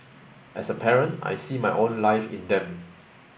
as a parent I see my own life in them